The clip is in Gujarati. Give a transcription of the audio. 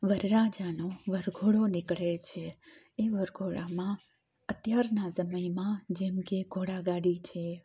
વરરાજાનો વરઘોડો નીકળે છે એ વરઘોડામાં અત્યારના સમયમાં જેમ કે ઘોડા ગાડી છે